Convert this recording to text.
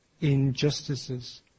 injustices